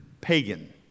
pagan